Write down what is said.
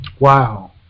Wow